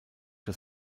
das